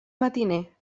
matiner